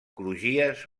crugies